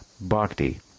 bhakti